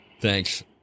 Thanks